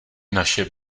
naše